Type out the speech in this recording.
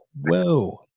whoa